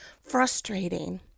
frustrating